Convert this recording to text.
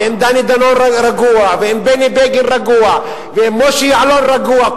אם דני דנון רגוע ואם בני בגין רגוע ואם משה יעלון רגוע,